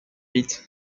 pitt